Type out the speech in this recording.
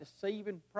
deceiving